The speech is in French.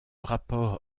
rapport